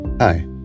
Hi